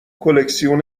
کلکسیون